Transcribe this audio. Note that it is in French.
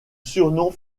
surnom